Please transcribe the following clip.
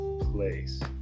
place